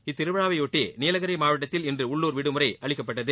இத்திருவிழாவையொட்டி நீலகிரி மாவட்டத்தில் இன்று உள்ளூர் விடுமுறை அளிக்கப்பட்டது